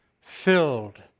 filled